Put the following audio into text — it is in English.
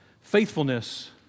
Faithfulness